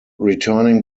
returning